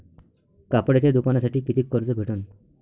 कापडाच्या दुकानासाठी कितीक कर्ज भेटन?